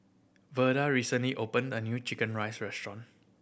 Verda recently opened a new chicken rice restaurant